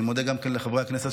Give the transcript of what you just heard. אני מודה גם לחברי הכנסת,